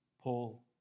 Paul